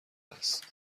است